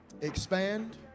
expand